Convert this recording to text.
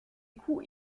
coups